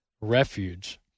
refuge